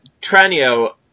Tranio